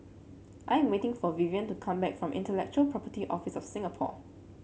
I am waiting for Vivian to come back from Intellectual Property Office of Singapore